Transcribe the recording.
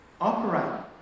operate